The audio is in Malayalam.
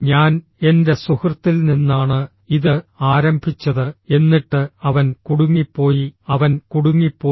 ഞാൻ എന്റെ സുഹൃത്തിൽ നിന്നാണ് ഇത് ആരംഭിച്ചത് എന്നിട്ട് അവൻ കുടുങ്ങിപ്പോയി അവൻ കുടുങ്ങിപ്പോയി